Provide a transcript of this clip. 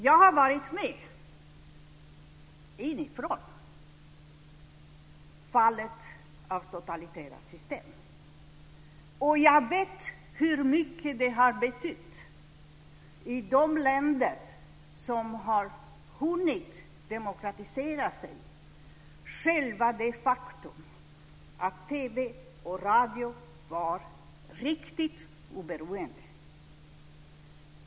Jag har varit med inifrån i totalitära system, och jag vet hur mycket det faktum att TV och radio är riktigt oberoende har betytt i de länder som har hunnit demokratisera sig.